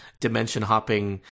dimension-hopping